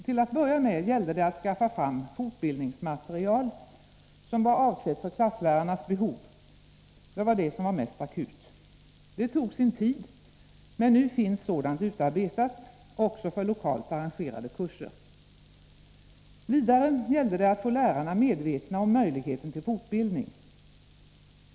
Till att börja med gällde det att skaffa fram fortbildningsmaterial som var avsett för klasslärar Nr 27 nas behov. Detta var det mest akuta. Det arbetet tog sin tid, men nu finns Fredagen den sådant material utarbetat också för lokalt arrangerade kurser. Vidare gällde — 18 november 1983 det att få lärarna medvetna om möjligheten till fortbildning.